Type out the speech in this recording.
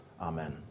Amen